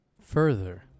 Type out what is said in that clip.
further